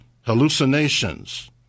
hallucinations